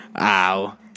Ow